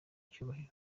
icyubahiro